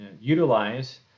utilize